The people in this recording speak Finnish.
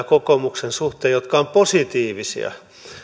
kokoomuksen suhteen odotusarvoja jotka ovat positiivisia